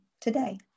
today